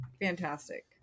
fantastic